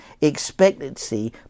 expectancy